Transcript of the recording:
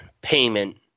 payment